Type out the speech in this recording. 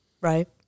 Right